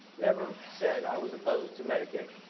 never said i was opposed to medicaid.